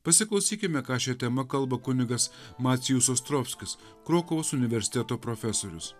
pasiklausykime ką šia tema kalba kunigas macijus ostrovskis krokuvos universiteto profesorius